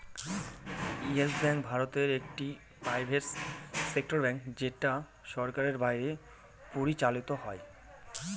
yes Bank ভারতে একটি private sector bank যেটা সরকারের বাইরে পরিচালত হয়